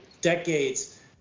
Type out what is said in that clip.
decades